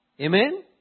Amen